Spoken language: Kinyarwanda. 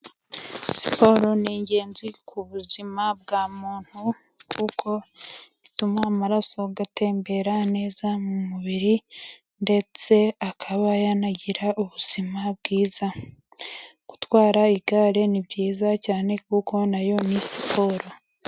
Siporo ni ingenzi ku buzima bwa muntu, kuko ituma amaraso atembera neza mu mubiri, ndetse akaba yanagira ubuzima bwiza. Gutwara igare ni byiza cyane kuko nayo ni siporo.